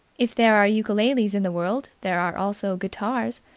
if there are ukuleles in the world, there are also guitars,